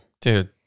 Dude